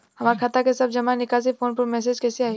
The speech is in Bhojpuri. हमार खाता के सब जमा निकासी फोन पर मैसेज कैसे आई?